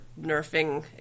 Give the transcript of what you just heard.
nerfing